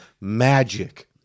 magic